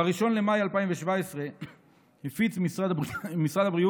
ב-1 במאי 2017 הפיץ משרד הבריאות